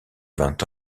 vingt